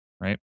Right